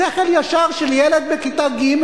שכל ישר של ילד בכיתה ג'.